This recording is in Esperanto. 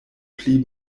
pli